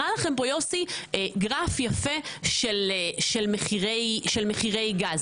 הראה לכם פה יוסי גרף יפה של מחירי גז.